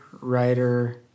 writer